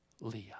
Leah